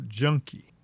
junkie